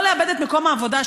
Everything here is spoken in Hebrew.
לא לאבד את מקום העבודה,